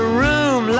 room